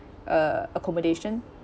uh accommodation